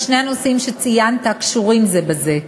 ששני הנושאים שציינת קשורים זה בזה.